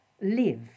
live